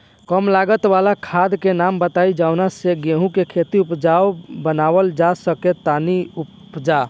कम लागत वाला खाद के नाम बताई जवना से गेहूं के खेती उपजाऊ बनावल जा सके ती उपजा?